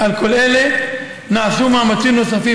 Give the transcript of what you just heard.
על כל אלה נעשו מאמצים נוספים,